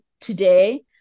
today